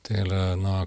tai yra nuo